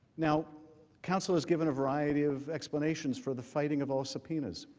now counsels given a variety of explanations for the fighting of all subpoenas